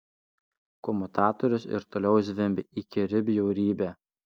komutatorius ir toliau zvimbia įkyri bjaurybė